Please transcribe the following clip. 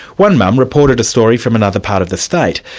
one mum reported a story from another part of the state,